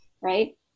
right